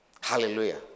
Hallelujah